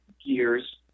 years